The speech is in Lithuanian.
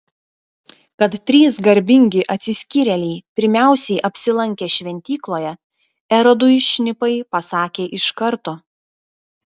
kad trys garbingi atsiskyrėliai pirmiausiai apsilankė šventykloje erodui šnipai pasakė iš karto